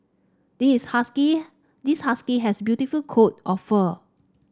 this husky this husky has beautiful coat of fur